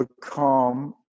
become